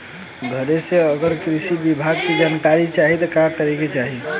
घरे से अगर कृषि विभाग के जानकारी चाहीत का करे के चाही?